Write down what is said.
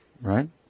Right